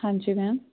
ਹਾਂਜੀ ਮੈਮ